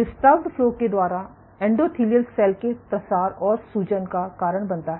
disturbed flow के द्वारा endothelial cell के प्रसार और सूजन का कारण बनता है